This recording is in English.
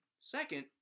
Second